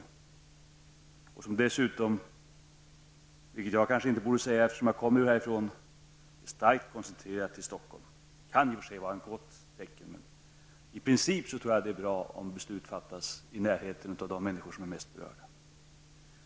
Dessutom är styrelsen starkt koncentrerad till Stockholm, vilket jag kanske inte borde säga, eftersom jag kommer därifrån. Det kan i och för sig vare ett gott tecken, men i princip tror jag att det är bra om beslut fattas i närheten av de människor som är mest berörda.